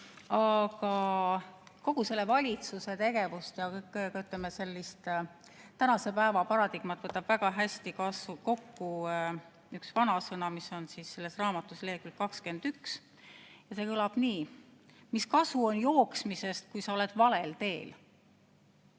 Aga kogu selle valitsuse tegevuse, ja ütleme, sellise tänase päeva paradigma võtab väga hästi kokku üks vanasõna, mis on selles raamatus leheküljel 21. See kõlab nii: "Mis kasu on jooksmisest, kui sa oled valel teel?"